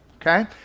Okay